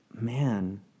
man